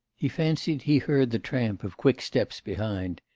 he fancied he heard the tramp of quick steps behind.